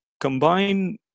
combine